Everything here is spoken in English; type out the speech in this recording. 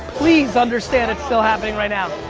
please understand it's still happening right now.